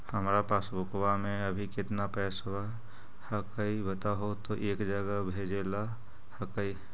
हमार पासबुकवा में अभी कितना पैसावा हक्काई बताहु तो एक जगह भेजेला हक्कई?